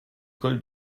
col